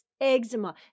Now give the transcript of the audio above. Eczema